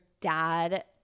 dad